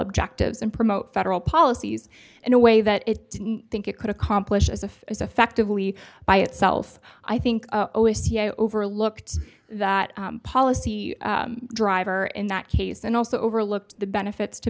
objectives and promote federal policies in a way that it didn't think it could accomplish as a as effectively by itself i think overlooked that policy driver in that case and also overlooked the benefits to